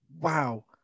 Wow